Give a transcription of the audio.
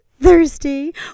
Thirsty